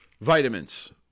vitamins